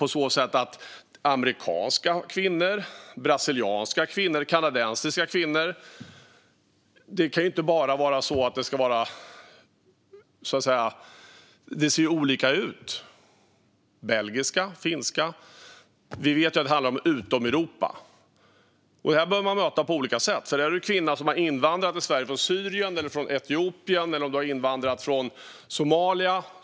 Det kan vara amerikanska kvinnor, brasilianska kvinnor eller kanadensiska kvinnor - det ser olika ut - och det finns belgiska och finska kvinnor. Vi vet att det handlar om länder utom Europa, och det behöver man möta på olika sätt. Här finns kvinnor som har invandrat till Sverige från Syrien, Etiopien eller Somalia.